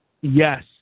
yes